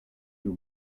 you